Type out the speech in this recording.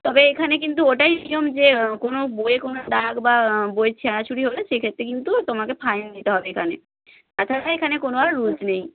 তবে এখানে কিন্তু ওটাই নিয়ম যে কোনও বইয়ে কোনও দাগ বা বই ছেঁড়া ছুড়ি হলে সেক্ষেত্রে কিন্তু তোমাকে ফাইন দিতে হবে এখানে তাছাড়া এখানে কোনও আর রুলস নেই